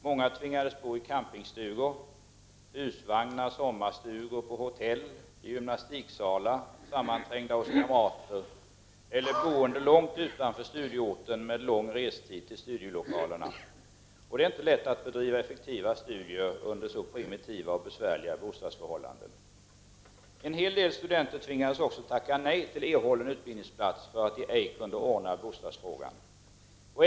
Många tvingades bo i campingstugor, husvagnar, sommarstugor, på hotell, i gymnastiksalar, sammanträngda hos kamrater eller i bostäder långt utanför studieorten med lång restid till studielokalerna. Det är inte lätt att bedriva effektiva studier under så primitiva och besvärliga bostadsförhållanden. En hel del studenter tvingades också tacka nej till erhållen utbildningsplats för att de ej kunde ordna bostadsfrågan.